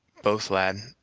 both, lad,